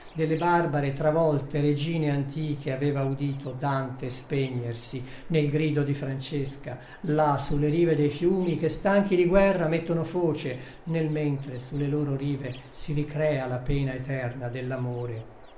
delle barbare travolte regine antiche aveva udito dante spegnersi nel grido di francesca là sulle rive dei fiumi che stanchi di guerra mettono foce nel mentre sulle loro rive si ricrea la pena eterna dell'amore